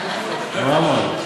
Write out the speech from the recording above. הוא אמר?